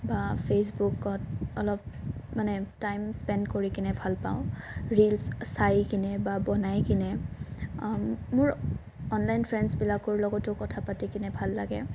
বা ফেচবুকত অলপ মানে টাইম স্পেন কৰি কিনে ভাল পাওঁ ৰীল্ছ চাই কিনে বা বনাই কিনে মোৰ অনলাইন ফ্ৰেণ্ডছবিলাকৰ লগতো কথা পাতি কিনে ভাল লাগে